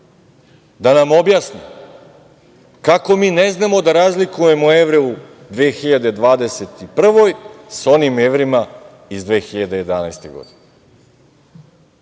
da nam objasni kako mi ne znamo da razlikujemo evre u 2021. godini sa onim evrima iz 2011. godine.